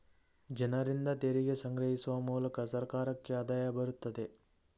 ಜನರಿಂದ ತೆರಿಗೆ ಸಂಗ್ರಹಿಸುವ ಮೂಲಕ ಸರ್ಕಾರಕ್ಕೆ ಆದಾಯ ಬರುತ್ತದೆ